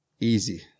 easy